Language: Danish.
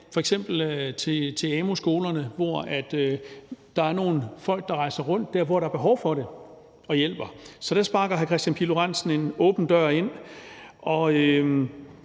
f.eks. til amu-skolerne, hvor der er nogle folk, der rejser rundt til der, hvor der er behov for det, og hjælper, så der sparker hr. Kristian Pihl Lorentzen en åben dør ind.